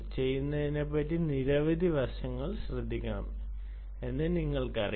ചെയ്യുന്നതിന്റെ നിരവധി വശങ്ങൾ ശ്രദ്ധിക്കണം എന്ന് നിങ്ങൾക്കറിയാം